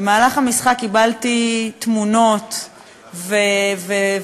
במהלך המשחק קיבלתי תמונות ופוסטים,